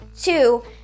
two